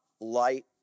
light